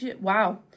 Wow